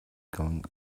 going